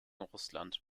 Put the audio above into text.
russland